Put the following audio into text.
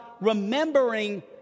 remembering